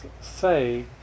say